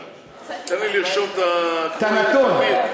רגע, תן לי לרשום את כל הנתונים.